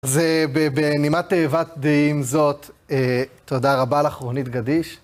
אז בנימת תאבת דעים זאת, תודה רבה לך רונית גדיש.